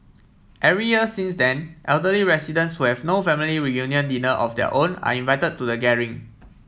every year since then elderly residents who have no family reunion dinner of their own are invited to the gathering